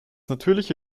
natürliche